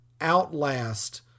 outlast